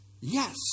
Yes